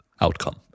outcome